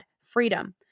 freedom